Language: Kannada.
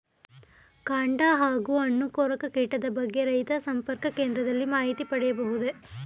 ಕಾಂಡ ಹಾಗೂ ಹಣ್ಣು ಕೊರಕ ಕೀಟದ ಬಗ್ಗೆ ರೈತ ಸಂಪರ್ಕ ಕೇಂದ್ರದಲ್ಲಿ ಮಾಹಿತಿ ಪಡೆಯಬಹುದೇ?